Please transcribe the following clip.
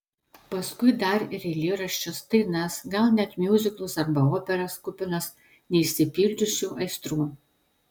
paskui dar ir eilėraščius dainas gal net miuziklus arba operas kupinas neišsipildžiusių aistrų